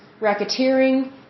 racketeering